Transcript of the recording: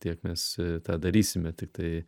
tiek mes tą darysime tiktai